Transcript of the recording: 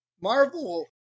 Marvel